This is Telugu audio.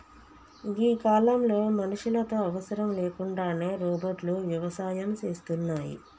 గీ కాలంలో మనుషులతో అవసరం లేకుండానే రోబోట్లు వ్యవసాయం సేస్తున్నాయి